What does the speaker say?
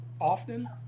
often